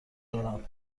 دارم